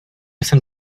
jsem